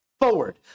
forward